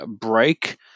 break